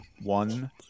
One